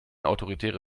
autoritäre